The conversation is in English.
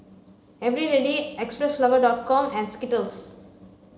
Eveready Xpressflower com and Skittles